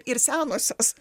ir senosios